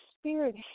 spirit